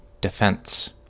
defense